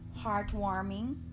heartwarming